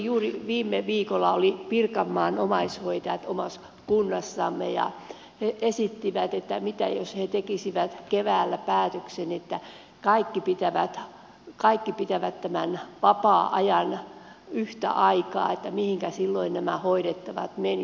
juuri viime viikolla olivat pirkanmaan omais hoitajat omassa kunnassamme ja he esittivät että mitä jos he tekisivät keväällä päätöksen että kaikki pitävät tämän vapaa ajan yhtä aikaa että mihinkä silloin nämä hoidettavat menisivät